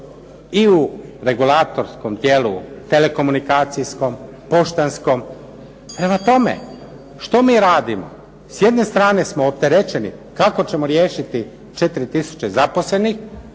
i u regulatorskom dijelu telekomunikacijskom, poštanskom. Prema tome, što mi radimo? S jedne strane smo opterećeni kako ćemo riješiti 4 tisuće zaposlenih.